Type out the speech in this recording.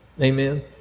Amen